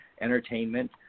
entertainment